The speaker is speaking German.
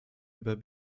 über